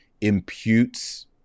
imputes